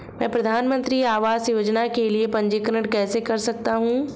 मैं प्रधानमंत्री आवास योजना के लिए पंजीकरण कैसे कर सकता हूं?